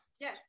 Yes